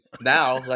Now